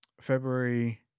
February